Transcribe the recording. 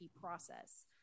process